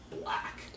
black